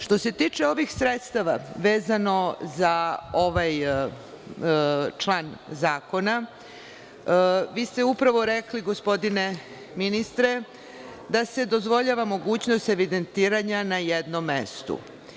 Što se tiče ovih sredstava, vezano za ovaj član zakona, vi ste upravo rekli, gospodine ministre, da se dozvoljava mogućnost evidentiranja na jednom mestu.